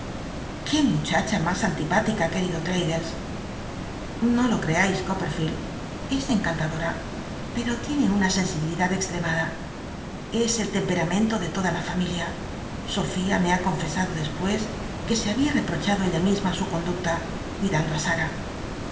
qué muchacha mas antip itica querido fr ddl es xo lo cr cais copllerfield es encantadora pmo tiene una sensibilidad extremada e el tempemmento de toda la familia sofia me ha confesado dcspucs que se babia reprochar ella misma su conducta cuidando i sara